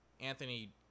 Anthony